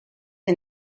and